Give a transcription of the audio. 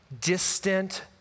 distant